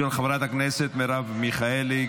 של חברת הכנסת מרב מיכאלי.